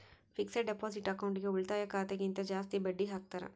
fixed deposit ಅಕೌಂಟ್ಗೆ ಉಳಿತಾಯ ಖಾತೆ ಗಿಂತ ಜಾಸ್ತಿ ಬಡ್ಡಿ ಹಾಕ್ತಾರ